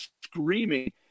screaming